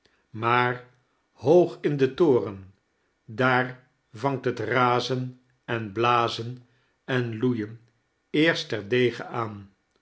maar hoog in den torem daar vangt het raz n en hlazen en loeien eerst terdege aan